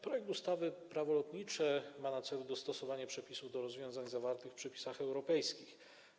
Projekt ustawy o zmianie ustawy Prawo lotnicze ma na celu dostosowanie przepisów do rozwiązań zawartych w przepisach europejskich.